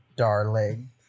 darling